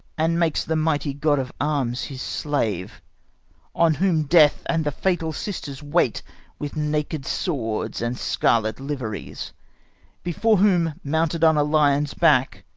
and makes the mighty god of arms his slave on whom death and the fatal sisters wait with naked swords and scarlet liveries before whom, mounted on a lion's back,